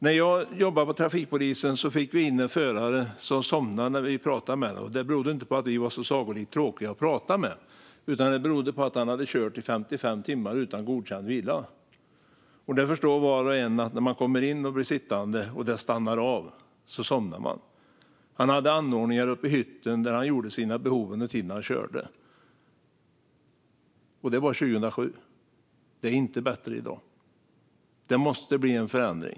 När jag jobbade på trafikpolisen fick vi in en förare som somnade när vi pratade med honom. Det berodde inte på att vi var så sagolikt tråkiga att prata med, utan det berodde på att han hade kört i 55 timmar utan godkänd vila. Det förstår var och en att när man då kommer in och blir sittande och det stannar av, då somnar man. Han hade anordningar i hytten där han gjorde sina behov under tiden han körde. Det här var 2007. Det är inte bättre i dag. Det måste bli en förändring.